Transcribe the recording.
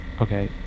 okay